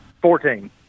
Fourteen